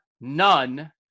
none